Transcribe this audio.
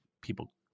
people